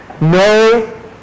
no